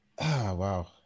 wow